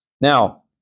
Now